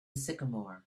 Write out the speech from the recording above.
sycamore